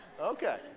Okay